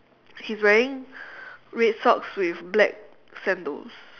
he is wearing red socks with black sandals